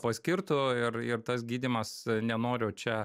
paskirtų ir ir tas gydymas nenoriu čia